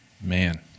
Man